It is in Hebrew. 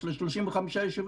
יש לנו 35 יישובים,